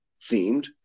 themed